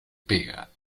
pega